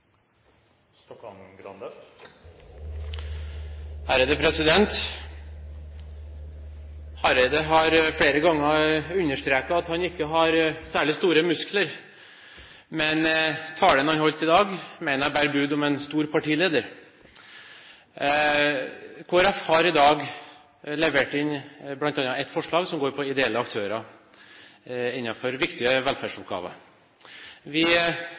Hareide har flere ganger understreket at han ikke har særlig store muskler. Men talen han holdt i dag, mener jeg bærer bud om en stor partileder. Kristelig Folkeparti har i dag levert inn bl.a. et forslag som går på ideelle aktører innenfor viktige velferdsoppgaver. Vi